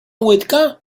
łydka